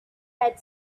had